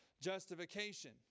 justification